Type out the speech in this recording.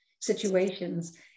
situations